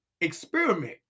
Experiment